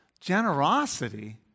Generosity